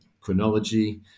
chronology